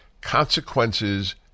consequences